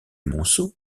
monceau